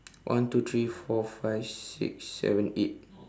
one two three four five six seven eight